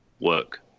work